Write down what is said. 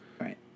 Right